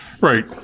right